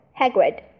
Hagrid